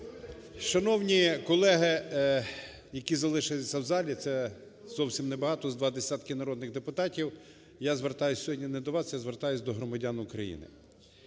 Шановні колеги, які залишися в залі, це зовсім небагато, з два десятки народних депутатів, я звертаюсь сьогодні не до вас, я звертаюсь до громадян України.